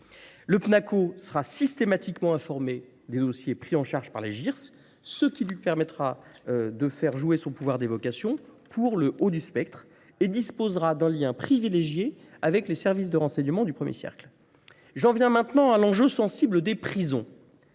Le PNACO sera systématiquement informé des dossiers pris en charge par les GIRS, ce qui lui permettra de faire jouer son pouvoir d'évocation pour le haut du spectre et disposera d'un lien privilégié avec les services de renseignement du 1er siècle. J'en viens maintenant à l'enjeu sensible des prisons.